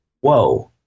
whoa